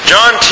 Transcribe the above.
John